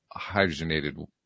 hydrogenated